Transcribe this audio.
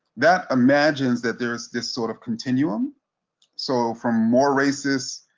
that imagines that there's this sort of continuum so from more racists,